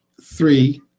three